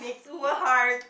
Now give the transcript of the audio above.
so hard